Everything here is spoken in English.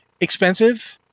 expensive